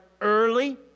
early